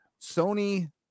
sony